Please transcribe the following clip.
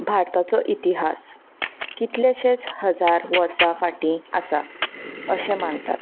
भारताचो इतिहास कितलेशेच हजार वर्सां फाटीं आसा अशें मानतात